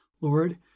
Lord